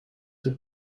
zich